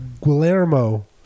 Guillermo